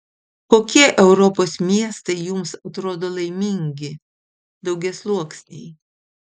kokie europos miestai jums atrodo laimingi daugiasluoksniai